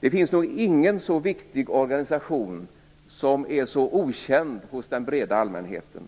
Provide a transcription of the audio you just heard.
Det finns nog ingen så viktig organisation som är så okänd hos den breda allmänheten.